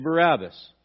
Barabbas